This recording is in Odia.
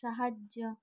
ସାହାଯ୍ୟ